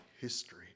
history